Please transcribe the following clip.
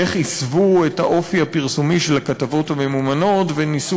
איך הסוו את האופי הפרסומי של הכתבות הממומנות וניסו